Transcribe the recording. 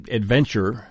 adventure